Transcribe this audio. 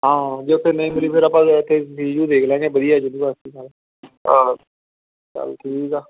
ਹਾਂ ਜੇ ਉੱਥੇ ਨਹੀਂ ਮਿਲੀ ਫਿਰ ਆਪਾਂ ਇੱਥੇ ਸੀ ਯੂ ਦੇਖ ਲਵਾਂਗੇ ਵਧੀਆ ਯੂਨੀਵਰਸਿਟੀ ਨਾਲੇ ਚੱਲ ਠੀਕ ਹਾਂ